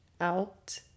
out